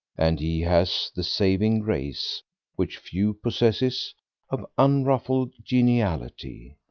and he has the saving grace which few possess of unruffled geniality.